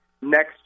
next